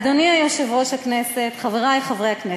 אדוני היושב-ראש, תודה, חברי חברי הכנסת,